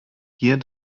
hier